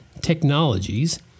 technologies